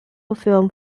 film